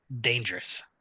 dangerous